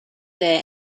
there